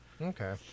Okay